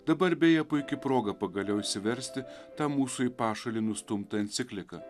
dabar beje puiki proga pagaliau išsiversti tą mūsų į pašalį nustumtą encikliką